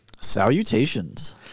Salutations